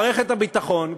מערכת הביטחון,